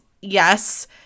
yes